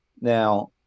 now